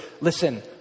listen